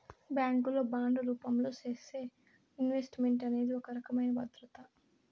bank లో bond రూపంలో చేసే ఇన్వెస్ట్ మెంట్ అనేది ఒక రకమైన భద్రత